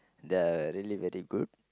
the really very good